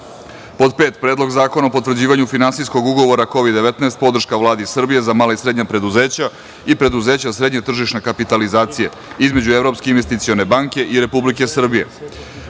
kov 2;5. Predlog zakona o potvrđivanju finansijskog ugovora Kovid 19, podrška Vladi Srbije za mala i srednja preduzeća i preduzeća srednje tržišne kapitalizacije između Evropske investicione banke i Republike Srbije;6.